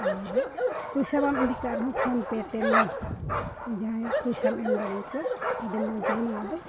ᱟᱨ ᱯᱚᱭᱥᱟ ᱵᱟᱢ ᱤᱫᱤ ᱠᱟᱜ ᱨᱮᱦᱚᱸ ᱯᱷᱳᱱ ᱯᱮ ᱛᱮ ᱡᱟᱦᱟᱸᱭ ᱯᱚᱭᱥᱟᱢ ᱮᱢ ᱫᱟᱲᱮᱭᱟᱠᱚᱣᱟ ᱟᱹᱰᱤ ᱢᱚᱡᱽ ᱜᱮ ᱱᱚᱣᱟᱫᱚ